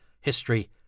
history